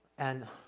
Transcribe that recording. and